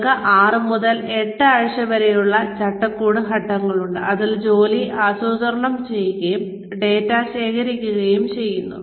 ഞങ്ങൾക്ക് 6 മുതൽ 8 ആഴ്ച വരെയുള്ള ചട്ടക്കൂട് ഘട്ടമുണ്ട് അതിൽ ജോലി ആസൂത്രണം ചെയ്യുകയും ഡാറ്റ ശേഖരിക്കുകയും ചെയ്യുന്നു